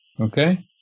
okay